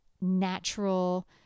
natural